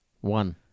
One